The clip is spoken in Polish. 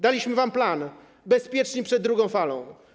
Daliśmy wam plan „Bezpieczni przed drugą falą”